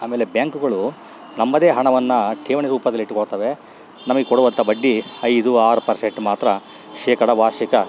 ಆಮೇಲೆ ಬ್ಯಾಂಕ್ಗಳು ನಮ್ಮದೇ ಹಣವನ್ನು ಠೇವಣಿ ರೂಪದಲ್ಲಿಟ್ಕೊಳ್ತವೆ ನಮಗೆ ಕೊಡುವಂಥ ಬಡ್ಡಿ ಐದು ಆರು ಪರ್ಸೆಂಟ್ ಮಾತ್ರ ಶೇಕಡ ವಾರ್ಷಿಕ